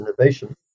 innovation